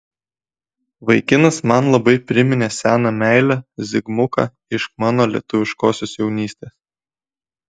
vaikinas man labai priminė seną meilę zigmuką iš mano lietuviškosios jaunystės